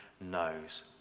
knows